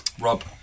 Rob